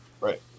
Right